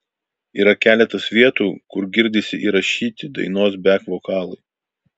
yra keletas vietų kur girdisi įrašyti dainos bek vokalai